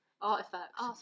Artifacts